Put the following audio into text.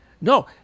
No